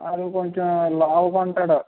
వాడు కొంచెం లావుగా ఉంటాడు